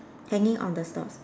hanging on the stalls